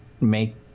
make